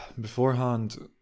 Beforehand